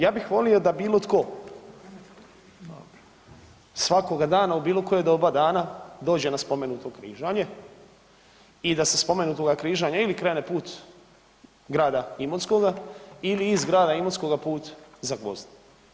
Ja bih volio da bilo tko svakoga dana u bilo koje doba dana dođe na spomenuto križanje i da sa spomenutoga križanja ili krene put grada Imotskoga ili iz grada Imotskoga put Zagvozda.